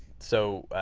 so,